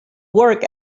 work